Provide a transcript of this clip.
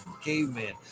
Caveman